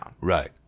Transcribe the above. Right